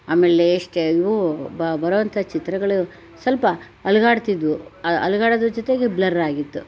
ಆಮೇಲೆ ಬರೋಂಥ ಚಿತ್ರಗಳು ಸ್ವಲ್ಪ ಅಲ್ಗಾಡ್ತಿದ್ದವು ಅಲುಗಾಡುದ್ರ ಜೊತೆಗೆ ಬ್ಲರ್ ಆಗಿತ್ತು